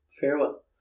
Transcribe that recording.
Farewell